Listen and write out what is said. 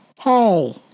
Hey